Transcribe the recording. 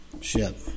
ship